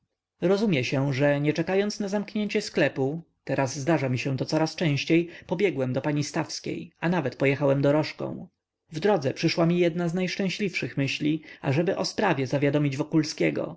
rozumie się że nie czekając na zamknięcie sklepu teraz zdarza mi się to coraz częściej pobiegłem do pani stawskiej a nawet pojechałem dorożką w drodze przyszła mi jedna z najszczęśliwszych myśli ażeby o sprawie zawiadomić wokulskiego